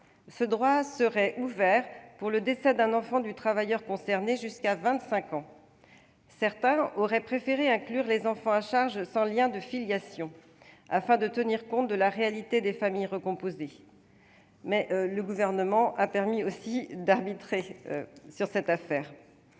Ce droit serait ouvert pour le décès d'un enfant du travailleur concerné jusqu'à 25 ans. Certains auraient préféré inclure les enfants à charge sans lien de filiation, afin de tenir compte des familles recomposées, mais le Gouvernement en a arbitré différemment.